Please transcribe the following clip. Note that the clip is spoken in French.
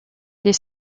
des